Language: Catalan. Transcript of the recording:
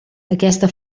aquesta